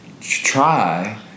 try